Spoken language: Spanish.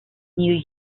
new